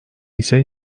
ise